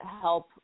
help